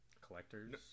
Collectors